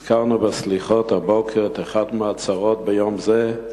הזכרנו בסליחות הבוקר את אחת הצרות ביום זה,